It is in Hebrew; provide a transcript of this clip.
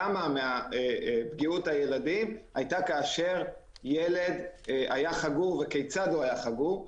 כמה מפגיעות הילדים היו כאשר ילד היה חגור וכיצד הוא היה חגור.